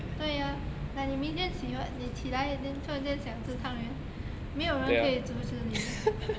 对啊 like 你明天喜欢起来 then 突然间想吃汤圆没有人可以阻止你